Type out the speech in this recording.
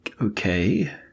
okay